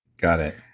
got it.